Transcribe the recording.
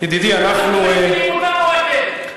אנחנו מפלים את האתיופים או אתם?